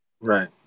right